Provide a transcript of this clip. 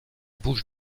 bouches